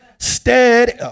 Steady